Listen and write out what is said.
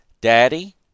Daddy